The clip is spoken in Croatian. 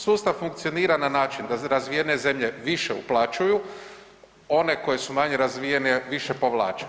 Sustav funkcionira na način da razvijene zemlje više uplaćuju, one koje su manje razvijene više povlače.